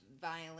violent